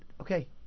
Okay